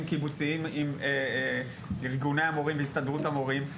קיבוציים עם ארגני המורים והסתדרות המורים,